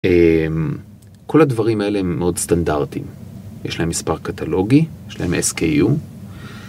כל הדברים האלה הם מאוד סטנדרטיים, יש להם מספר קטלוגי, יש להם SKU.